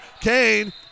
Kane